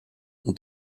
ont